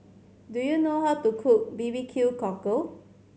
do you know how to cook B B Q Cockle